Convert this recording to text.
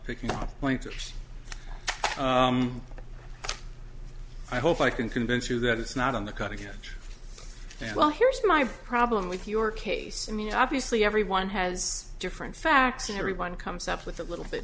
pointers i hope i can convince you that it's not on the cutting edge and well here's my problem with your case i mean obviously everyone has different facts and everyone comes up with a little bit